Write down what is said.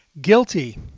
guilty